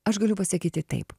aš galiu pasakyti taip